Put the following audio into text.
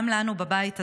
גם לנו בבית הזה,